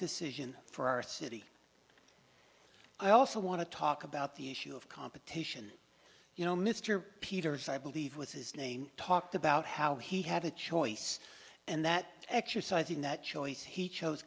decision for our city i also want to talk about the issue of competition you know mr peters i believe was his name talked about how he had a choice and that exercising that choice he chose